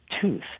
tooth